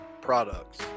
products